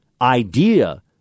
idea